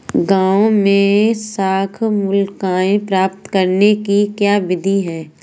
गाँवों में साख मूल्यांकन प्राप्त करने की क्या विधि है?